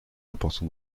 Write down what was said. important